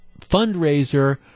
fundraiser